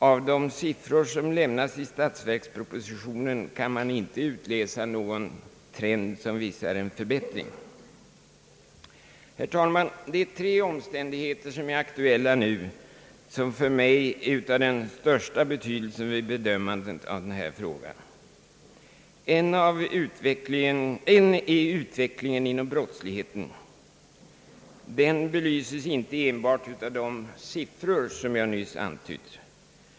Av de siffror som lämnas i statsverkspropositionen kan man inte utläsa någon trend, som visar en förbättring. Herr talman! Det är tre omständigheter som är aktuella nu och som för mig är av den största betydelse vid bedömandet av denna fråga. En av dem är brottslighetens utveckling. Den belyses inte enbart av de siffror som jag nyss har antytt.